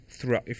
throughout